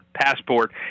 Passport